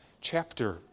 chapter